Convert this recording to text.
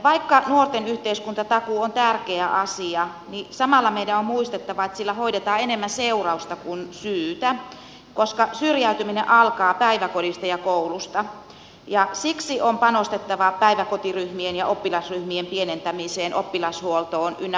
vaikka nuorten yhteiskuntatakuu on tärkeä asia niin samalla meidän on muistettava että sillä hoidetaan enemmän seurausta kuin syytä koska syrjäytyminen alkaa päiväkodista ja koulusta ja siksi on panostettava päiväkotiryhmien ja oppilasryhmien pienentämiseen oppilashuoltoon ynnä muuta